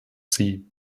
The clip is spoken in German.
sie